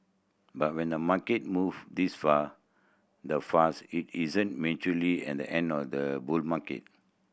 but when the market move this far the fuss it isn't at the end of the bull market